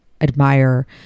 admire